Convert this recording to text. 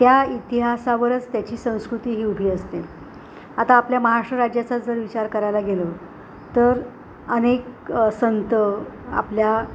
त्या इतिहासावरच त्याची संस्कृती ही उभी असते आता आपल्या महाराष्ट्र राज्याचाच जर विचार करायला गेलो तर अनेक संत आपल्या